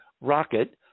rocket